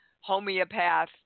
homeopath